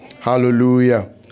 Hallelujah